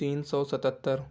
تین سو ستہتر